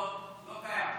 לחובות לא קיים.